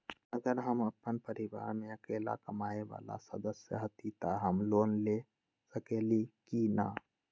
अगर हम अपन परिवार में अकेला कमाये वाला सदस्य हती त हम लोन ले सकेली की न?